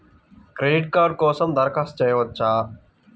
Credit card కోసం దరఖాస్తు చేయవచ్చా?